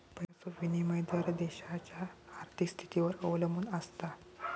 पैशाचो विनिमय दर देशाच्या आर्थिक स्थितीवर अवलंबून आसता